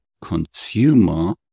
consumer